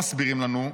מסבירים לנו,